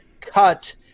cut